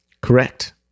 Correct